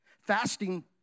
Fasting